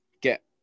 get